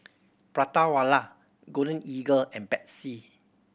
Prata Wala Golden Eagle and Betsy